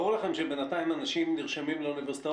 ברור לכם שבינתיים אנשים נרשמים לאוניברסיטה